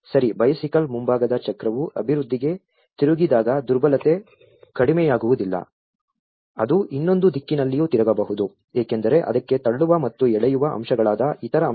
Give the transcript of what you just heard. ಸರಿ ಬೈಸಿಕಲ್ ಮುಂಭಾಗದ ಚಕ್ರವು ಅಭಿವೃದ್ಧಿಗೆ ತಿರುಗಿದಾಗ ದುರ್ಬಲತೆ ಕಡಿಮೆಯಾಗುವುದಿಲ್ಲ ಅದು ಇನ್ನೊಂದು ದಿಕ್ಕಿನಲ್ಲಿಯೂ ತಿರುಗಬಹುದು ಏಕೆಂದರೆ ಅದಕ್ಕೆ ತಳ್ಳುವ ಮತ್ತು ಎಳೆಯುವ ಅಂಶಗಳಾದ ಇತರ ಅಂಶಗಳಿವೆ